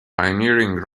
pioneering